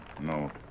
no